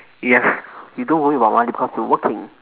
you have you don't worry about money because you're working